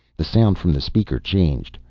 the sound from the speaker changed.